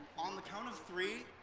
on the count of three,